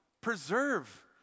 preserve